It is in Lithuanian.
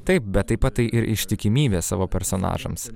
taip bet taip pat tai ir ištikimybė savo personažams